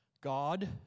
God